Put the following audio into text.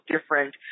different